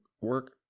work